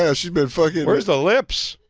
yeah she's been fuckin' where's the lips?